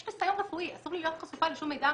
יש חיסיון רפואי, אסור לי להיות חשופה לשום מידע